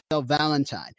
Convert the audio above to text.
Valentine